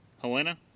Helena